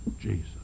Jesus